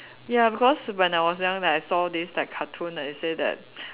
ya because when I was young then I saw this like cartoon and it say that